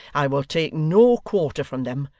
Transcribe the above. i will take no quarter from them,